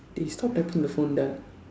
eh stop tapping the phone ah